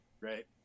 right